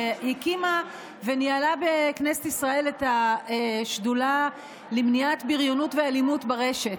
שהקימה וניהלה בכנסת ישראל את השדולה למניעת בריונות ואלימות ברשת,